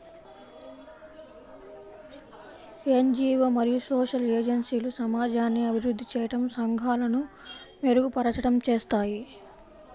NGO మరియు social ఏజెన్సీలు సమాజాన్ని అభివృద్ధి చేయడం, సంఘాలను మెరుగుపరచడం చేస్తాయి